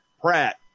Pratt